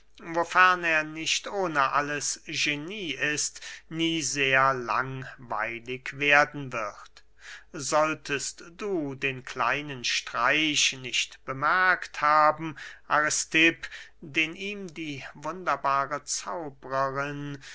wofern er nicht ohne alles genie ist nie sehr langweilig werden wird solltest du den kleinen streich nicht bemerkt haben aristipp den ihm die wunderbare zauberin